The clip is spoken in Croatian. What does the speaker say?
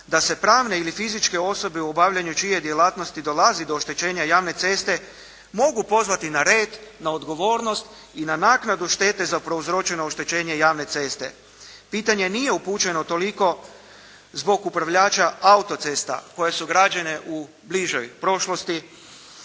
da se pravne ili fizičke osobe u obavljanju čije djelatnosti dolazi do oštećenja javne ceste, mogu pozvati na red, na odgovornost i na naknadu štete za prouzročeno oštećenje javne ceste. Pitanje nije upućeno toliko zbog upravljača autocesta koje su građene u bližoj prošlosti,